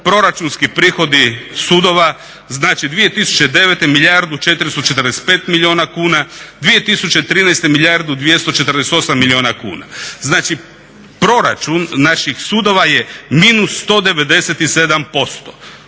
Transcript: proračunski prihodi sudova. Znači, 2009. milijardu i 445 milijuna kuna, 2013. milijardu i 248 milijuna kuna. Znači, proračun naših sudova je -197%.